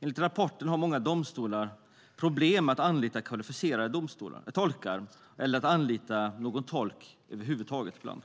Enligt rapporten har många domstolar problem med att anlita kvalificerade tolkar eller ibland att anlita någon tolk över huvud taget.